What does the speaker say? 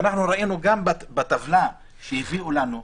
ואנחנו ראינו גם בטבלה שהביאו לנו,